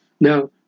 Now